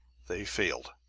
they failed!